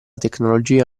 tecnologia